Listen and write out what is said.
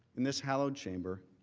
in this hallowed chamber